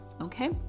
Okay